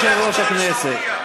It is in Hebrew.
כבוד יושב-ראש הכנסת,